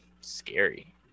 scary